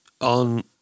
on